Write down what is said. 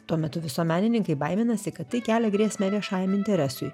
tuo metu visuomenininkai baiminasi kad tai kelia grėsmę viešajam interesui